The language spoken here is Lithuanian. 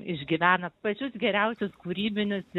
išgyvena pačius geriausius kūrybinius